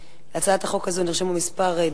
להצעת החוק הזאת נרשמו כמה דוברים,